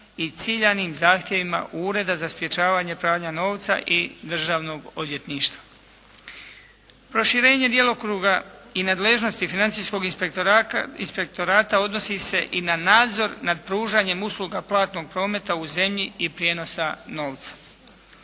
i ciljanim zahtjevima Ureda za sprječavanje pranja novca i državnog odvjetništva. Proširenje djelokruga i nadležnosti Financijskog inspektorata odnosi se i na nadzor nad pružanjem usluga platnog prometa u zemlji i prijenosa novca.